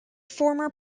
former